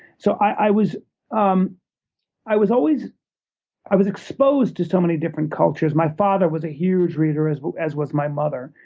so i was um i was always i was exposed to so many different cultures. my father was a huge reader, as but as was my mother.